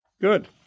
Good